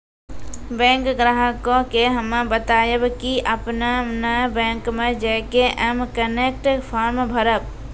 bank ग्राहक के हम्मे बतायब की आपने ने बैंक मे जय के एम कनेक्ट फॉर्म भरबऽ